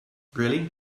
really